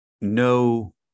no